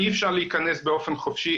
אי אפשר להיכנס באופן חופשי,